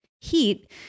heat